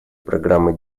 программы